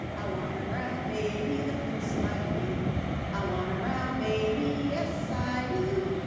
i want a brown baby. that looks like me i want a brown baby. yes. i do.